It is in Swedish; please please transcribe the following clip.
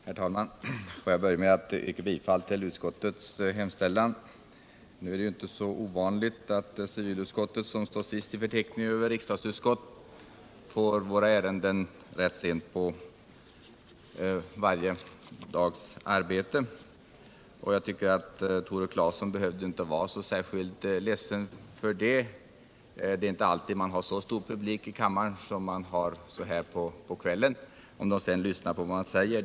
Herr talman! Får jag börja med att yrka bifall till utskottets hemställan. Det är inte så ovanligt att civilutskottets betänkanden står sist i förteckningen över betänkanden som riksdagen har att behandla och vi får våra ärenden rätt sent under varje dags arbete. Jag tycker Tore Claeson inte behövde vara så särskilt ledsen för det. Det är inte alltid som man har så stor publik i kammaren som man har på kvällen. Det är en annan sak om publiken lyssnar till vad man säger.